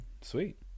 Sweet